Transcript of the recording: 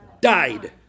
Died